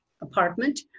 apartment